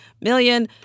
million